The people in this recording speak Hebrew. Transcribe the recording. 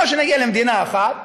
או שנגיע למדינה אחת,